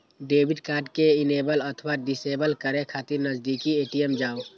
debit card कें enable अथवा disable करै खातिर नजदीकी ए.टी.एम जाउ